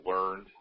learned